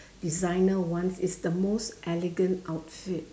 designer once it's the most elegant outfit